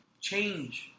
change